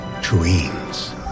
dreams